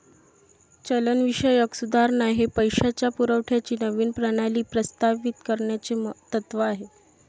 चलनविषयक सुधारणा हे पैशाच्या पुरवठ्याची नवीन प्रणाली प्रस्तावित करण्याचे तत्त्व आहे